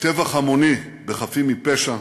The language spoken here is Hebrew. טבח המוני בחפים מפשע,